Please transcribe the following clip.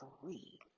three